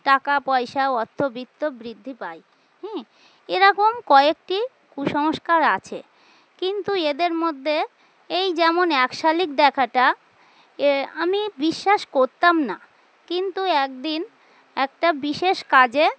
টাকা পয়সা অর্থ বিত্ত বৃদ্ধি পায় হুম এরকম কয়েকটি কুসংস্কার আছে কিন্তু এদের মধ্যে এই যেমন এক শালিক দেখাটা এ আমি বিশ্বাস করতাম না কিন্তু একদিন একটা বিশেষ কাজে